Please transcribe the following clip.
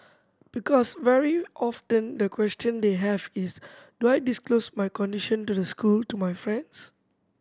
because very often the question they have is do I disclose my condition to the school to my friends